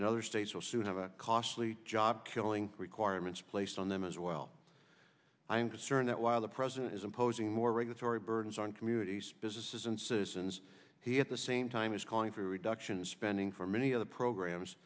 and other states will soon have a costly job killing requirements placed on them as well i am concerned that while the president is imposing more regulatory burdens on communities businesses and citizens he at the same time is calling for reductions spending for many other programs